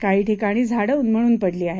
काही ठिकाणी झाडं उन्मळून पडली आहेत